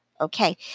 Okay